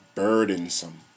burdensome